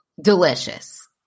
Delicious